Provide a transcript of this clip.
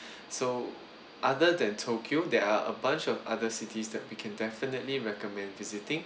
so other than tokyo there are a bunch of other cities that we can definitely recommend visiting